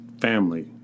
family